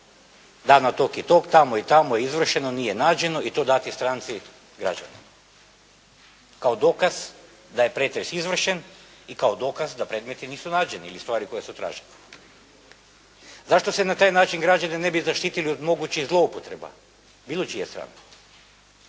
dana tog i tog, tamo i tamo, izvršeno, nije nađeno i to dati stranci, građaninu. Kao dokaz da je pretres izvršen i kao dokaz da predmeti nisu nađeni ili stvari koje su tražene. Zašto se na taj način građanin ne bi zaštitili od mogućih zloupotreba bilo čije strane?